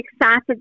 excited